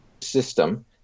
system